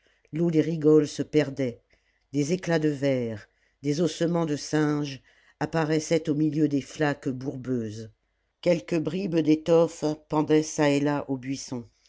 l'eau des rigoles se perdait des éclats de verre des ossements de singes apparaissaient au milieu des flaques bourbeuses quelque bribe d'étoffe pendait çà et là aux buissons